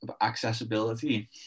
accessibility